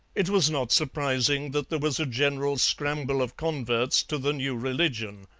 it was not surprising that there was a general scramble of converts to the new religion.